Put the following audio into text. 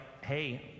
hey